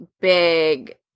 big